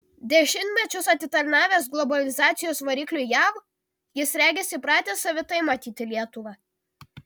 dešimtmečius atitarnavęs globalizacijos varikliui jav jis regis įpratęs savitai matyti lietuvą